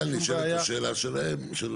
כאן נשאלת השאלה שלהם, של